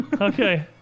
Okay